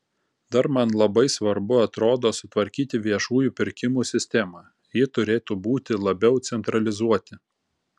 dar man labai svarbu atrodo sutvarkyti viešųjų pirkimų sistemą ji turėtų būti labiau centralizuoti